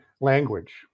language